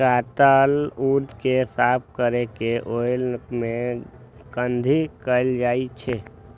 काटल ऊन कें साफ कैर के ओय मे कंघी कैल जाइ छै